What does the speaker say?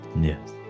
Yes